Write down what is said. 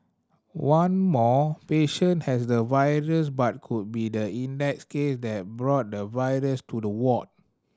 one more patient has the virus but could be the index case that brought the virus to the ward